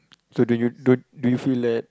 so do you do do you feel that